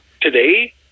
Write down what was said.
Today